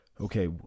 okay